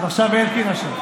אז עכשיו אלקין אשם.